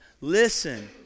Listen